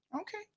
Okay